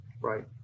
Right